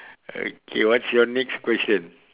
okay what's your next question